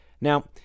Now